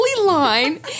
line